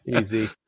Easy